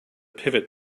pivot